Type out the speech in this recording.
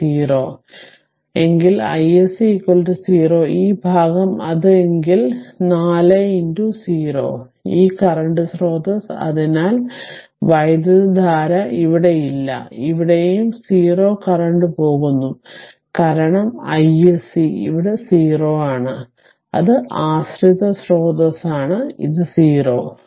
iSC 0 ഈ ഭാഗം അത് എങ്കിൽ 4 0 ഈ കറന്റ് സ്രോതസ്സ് അതിനാൽ വൈദ്യുതധാര ഇവിടെയില്ല ഇവിടെയും 0 കറന്റ് പോകുന്നു കാരണം iSC ഇവിടെ 0 ആണ് അത് ആശ്രിത സ്രോതസ്സാണ് ഇത് 0